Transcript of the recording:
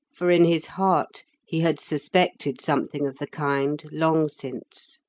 for in his heart he had suspected something of the kind long since.